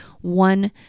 one